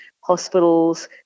hospitals